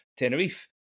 Tenerife